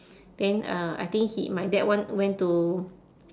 then uh I think he my dad want went to